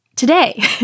Today